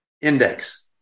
Index